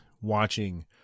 watching